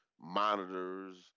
monitors